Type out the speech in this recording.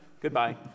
goodbye